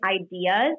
ideas